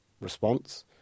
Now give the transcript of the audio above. response